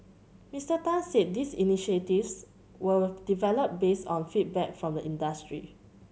Mister Tan said these initiatives were developed based on feedback from the industry